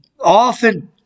often